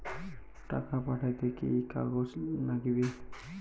টাকা পাঠাইতে কি কাগজ নাগীবে?